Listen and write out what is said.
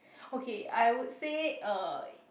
okay I would say uh